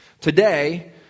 Today